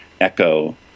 echo